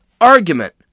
argument